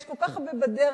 יש כל כך הרבה בדרך,